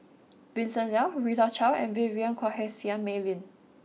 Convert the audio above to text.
Vincent Leow Rita Chao and Vivien Quahe Seah Mei Lin